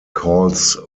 calls